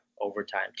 overtime